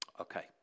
Okay